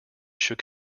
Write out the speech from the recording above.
shook